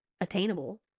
attainable